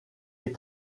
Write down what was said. est